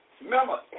Remember